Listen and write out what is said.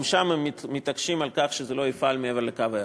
גם שם הם מתעקשים על כך שזה לא יפעל מעבר לקו הירוק.